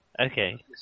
Okay